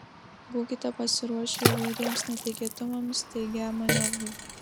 būkite pasiruošę įvairiems netikėtumams staigiam manevrui